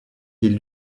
ils